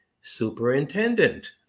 superintendent